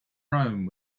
rome